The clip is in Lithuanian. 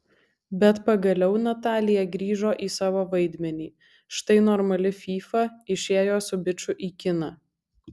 bet pagaliau natalija grįžo į savo vaidmenį štai normali fyfa išėjo su biču į kiną